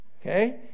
Okay